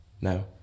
no